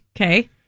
Okay